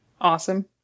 Awesome